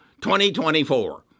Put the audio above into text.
2024